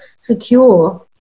secure